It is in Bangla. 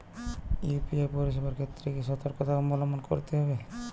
ইউ.পি.আই পরিসেবার ক্ষেত্রে কি সতর্কতা অবলম্বন করতে হবে?